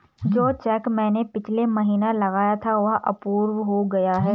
जो चैक मैंने पिछले महीना लगाया था वह अप्रूव हो गया है